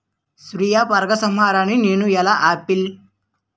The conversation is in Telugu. స్వీయ పరాగసంపర్కాన్ని నేను ఎలా ఆపిల్?